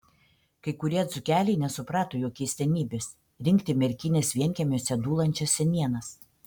kai kurie dzūkeliai nesuprato jo keistenybės rinkti merkinės vienkiemiuose dūlančias senienas